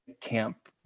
camp